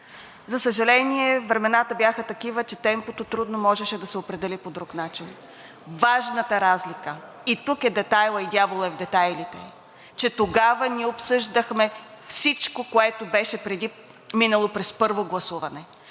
За съжаление, времената бяха такива, че темпото трудно можеше да се определи по друг начин. Важната разлика и тук е детайлът, и дяволът е в детайлите, че тогава ние обсъждахме всичко, което беше минало през първо гласуване!